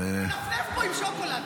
מנפנף פה עם שוקולד.